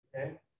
Okay